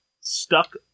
stuck